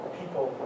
people